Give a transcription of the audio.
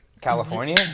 California